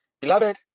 Beloved